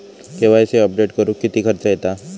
KYC update करुक किती खर्च येता?